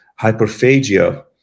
hyperphagia